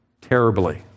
terribly